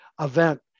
event